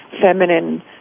feminine